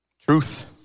Truth